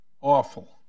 awful